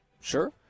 Sure